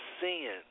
sin